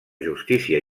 justícia